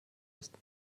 ist